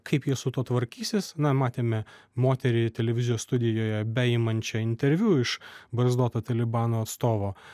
kaip jie su tuo tvarkysis na matėme moterį televizijos studijoje beimančią interviu iš barzdoto talibano atstovo